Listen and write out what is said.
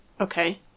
Okay